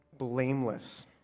blameless